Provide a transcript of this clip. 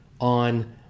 on